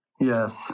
Yes